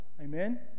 Amen